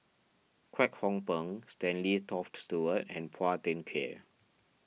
Kwek Hong Png Stanley Toft Stewart and Phua Thin Kiay